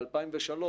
ב-2003,